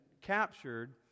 captured